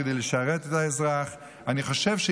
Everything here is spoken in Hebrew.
מדינה צריכה פקידים כדי לשרת את האזרח.